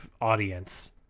audience